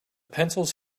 pencils